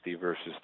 versus